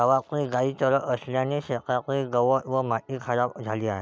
गावातील गायी चरत असल्याने शेतातील गवत व माती खराब झाली आहे